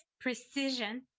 precision